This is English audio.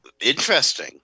interesting